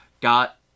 got